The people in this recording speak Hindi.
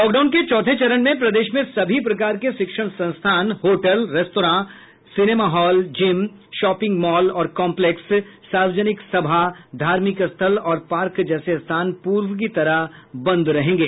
लॉकडाउन के चौथे चरण में प्रदेश में सभी प्रकार के शिक्षण संस्थान hotel restaurant cinema hall gym shopping mall और कॉम्पलेक्स सार्वजनिक सभा धार्मिक स्थल और पार्क जैसे स्थान पूर्व की तरह बंद रहेंगे